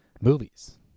movies